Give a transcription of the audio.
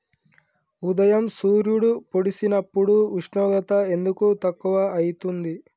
ఉదయం సూర్యుడు పొడిసినప్పుడు ఉష్ణోగ్రత ఎందుకు తక్కువ ఐతుంది?